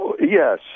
Yes